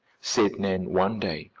said nan one day,